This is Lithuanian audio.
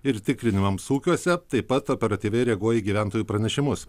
ir tikrinimams ūkiuose taip pat operatyviai reaguoja į gyventojų pranešimus